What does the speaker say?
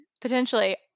Potentially